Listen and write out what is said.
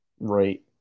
Right